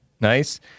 Nice